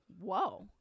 Whoa